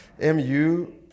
m-u